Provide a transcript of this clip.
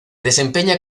desempeña